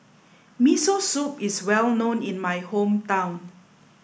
Miso Soup is well known in my hometown